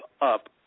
up